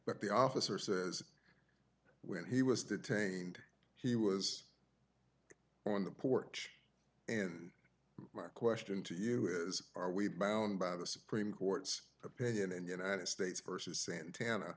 but the officer says when he was detained he was on the porch and our question to you is are we bound by the supreme court's opinion and united states versus santana